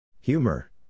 Humor